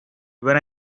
when